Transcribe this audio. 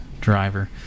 driver